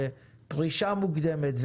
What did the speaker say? בפרישה מוקדמת,